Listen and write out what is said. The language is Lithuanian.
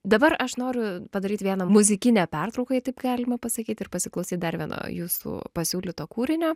dabar aš noriu padaryt vieną muzikinę pertrauką jei taip galima pasakyti ir pasiklausyt dar vieno jūsų pasiūlyto kūrinio